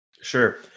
sure